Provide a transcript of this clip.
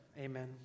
Amen